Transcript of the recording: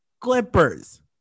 Clippers